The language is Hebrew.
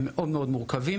הם מאוד מאוד מורכבים.